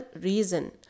reason